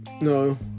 No